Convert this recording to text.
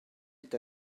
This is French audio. est